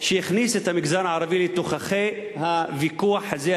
שהכניס את המגזר הערבי לתוככי הוויכוח הזה,